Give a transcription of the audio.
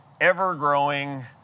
ever-growing